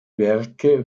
werke